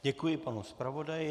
Děkuji panu zpravodaji.